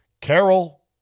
Carol